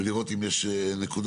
ולראות אם יש נקודות,